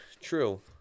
True